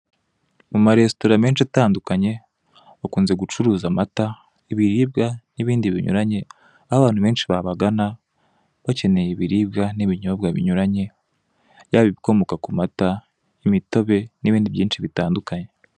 Mu maresitora menshi atandukanye bakunze gucuruza amata ibiribwa nibindi binyuranye; aho abantu benshi babagana bakeneye ibiribwa n'ibinyobwa binyuranye, yaba ibikomoka ku mata,' imitobe nibindi byinshi bitandukanye.